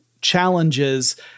challenges